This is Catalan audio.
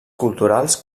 culturals